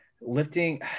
lifting